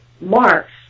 marks